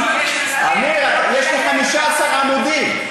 עמיר, יש לי 15 עמודים.